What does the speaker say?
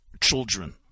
children